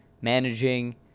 managing